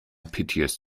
piteous